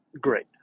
Great